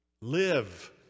Live